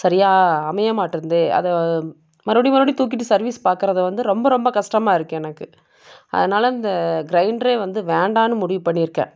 சரியாக அமைய மாட்டேன்து அதை மறுபடியும் மறுபடியும் தூக்கிட்டு சர்விஸ் பார்க்கறத வந்து ரொம்ப ரொம்ப கஷ்டமா இருக்குது எனக்கு அதனால இந்த கிரைண்ட்ரே வந்து வேண்டாமென்னு முடிவு பண்ணியிருக்கேன்